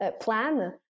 plan